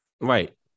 Right